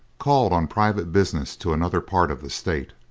called on private business to another part of the state.